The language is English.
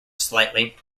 slightly